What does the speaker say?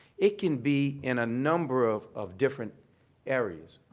it can be in a number of of different areas.